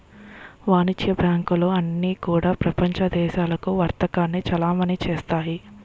వాణిజ్య బ్యాంకులు అన్నీ కూడా ప్రపంచ దేశాలకు వర్తకాన్ని చలామణి చేస్తాయి